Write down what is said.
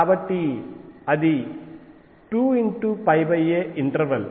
కాబట్టి అది 2aఇంటర్వల్